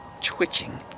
twitching